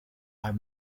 are